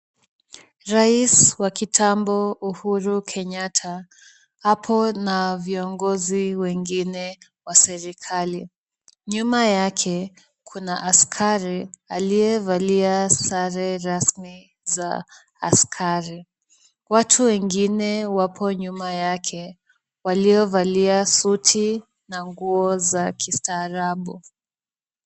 Rais wa kitambo Uhuru Kenyatta apo na viongozi wengine wa serikali. Nyuma yake kuna askari aliyevalia sare rasmi za askari. Watu wengine wapo nyuma yake waliovalia suti na nguo za kistaarabu.